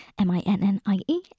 M-I-N-N-I-E